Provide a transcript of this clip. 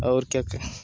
और क्या क